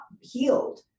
healed